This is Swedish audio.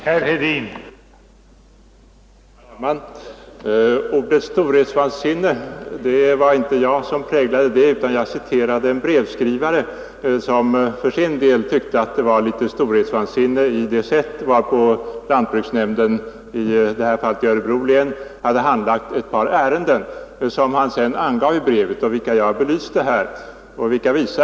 Herr talman! Ordet storhetsvansinne var det inte jag som använde, utan jag citerade en brevskrivare som för sin del tyckte att det låg litet storhetsvansinne i det sätt varpå lantbruksnämnden i det här fallet i Örebro län hade handlagt ett par ärenden som han sedan angav i brevet och vilka jag belyste.